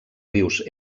rius